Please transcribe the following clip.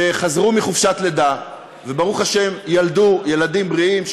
שחזרו מחופשת לידה וברוך השם ילדו ילדים בריאים,